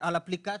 על אפליקציה.